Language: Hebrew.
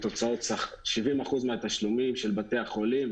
70% מהתשלומים של בתי החולים,